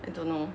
I don't know